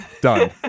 done